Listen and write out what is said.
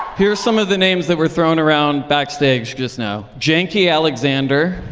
here's some of the names that were thrown around backstage just now janky alexander,